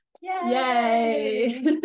Yay